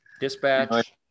Dispatch